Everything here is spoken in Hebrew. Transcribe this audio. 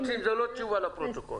--- "רוצים" זה לא תשובה לפרוטוקול.